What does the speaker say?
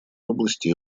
области